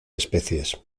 especies